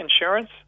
Insurance